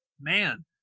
man